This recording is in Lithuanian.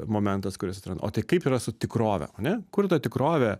momentas kuris atrodo o tai kaip yra su tikrove ane kur ta tikrovė